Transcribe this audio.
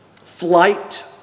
Flight